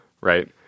right